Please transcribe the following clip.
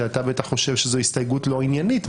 שאתה חושב בטח שזאת הסתייגות לא עניינית,